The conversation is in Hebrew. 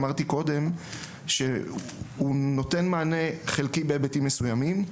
אמרתי קודם שהוא נותן מענה חלקי בהיבטים מסוימים.